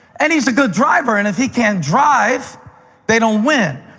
and he's a good driver, and if he can't drive they don't win,